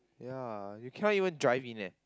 ya you cannot even drive in leh